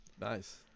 Nice